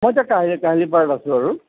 মই এতিয়া কাহিলী কাহিলীপাৰাত আছো আৰু